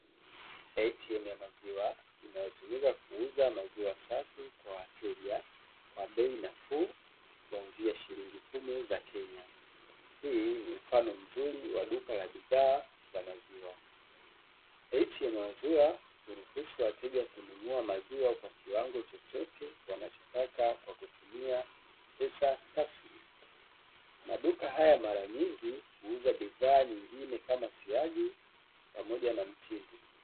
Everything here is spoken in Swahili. ATM ya maziwa inayotumika kuuza maziwa safi kwa wateja kwa bei nafuu kuanzia shilingi kumi za Kenya. Hii ni mfano mzuri wa duka la bidhaa za maziwa. ATM ya maziwa huruhusu wateja kununua maziwa kwa kiwango chochote wanachotaka kwa kutumia pesa taslimu. Maduka haya mara nyingi huuza bidhaa nyingine kama siagi, pamoja na mtindi.